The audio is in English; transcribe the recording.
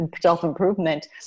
self-improvement